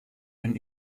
ein